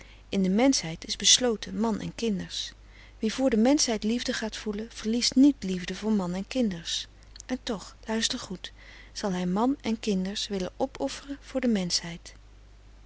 in de menschheid is besloten man en kinders wie voor de menschheid liefde gaat voelen verliest niet liefde voor man en kinders en toch luister goed zal hij man en kinders willen opofferen voor de menschheid